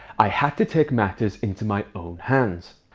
i had to take matters into my own hands.